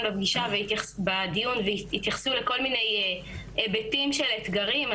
בדיון ויתייחסו לכל מיני היבטים של אתגרים,